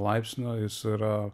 laipsnio jis yra